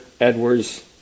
Edwards